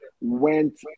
went